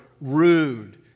rude